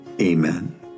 Amen